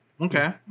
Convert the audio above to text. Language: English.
Okay